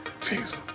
Jesus